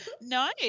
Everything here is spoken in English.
No